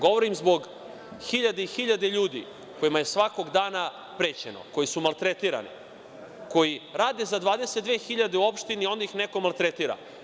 Govorim zbog hiljade i hiljade ljudi kojima je svakog dana prećeno, koji su maltretirani, koji rade za 22 hiljade u opštini, a onda ih neko maltretira.